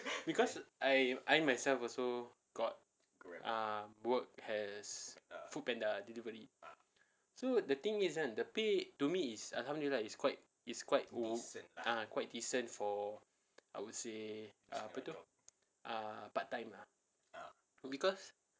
because I I myself also got um work as Foodpanda delivery so the thing is ah the pay to me is I tell you lah it's quite it's quite ah quite decent for I would say err part time lah because